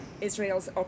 Israel's